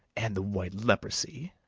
and the white leprosy.